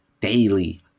daily